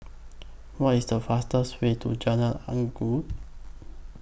What IS The fastest Way to Jalan Inggu